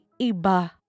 Iba